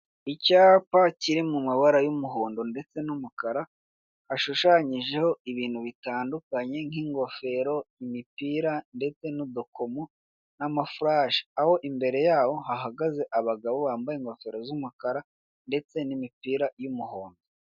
Icyapa kiri mu mabara y'umuhondo ndetse n'umukara hashushanyije ibintu bitandhukanye nk'ingofero, imipira ndetse n'udukomo, n'amafurashe. Aho imbere yaho hahagaze abagabo bambaye ingofero z'umukara ndetse n'imipira y'umuhondo.